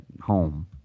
home